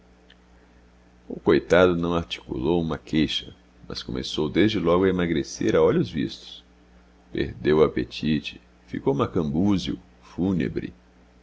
o coitado não articulou uma queixa mas começou desde logo a emagrecer a olhos vistos perdeu o apetite ficou macambúzio fúnebre